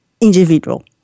individual